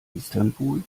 istanbul